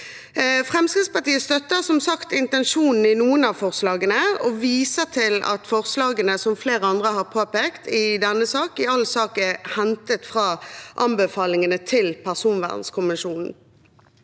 Fremskrittspartiet støtter som sagt intensjonen i noen av forslagene og viser til at forslagene, som flere andre har påpekt i denne sak, i all sak er hentet fra anbefalingene til personvernkommisjonen.